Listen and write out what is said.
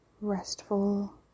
restful